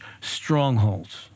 strongholds